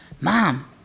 mom